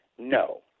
No